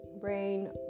brain